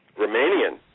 Romanian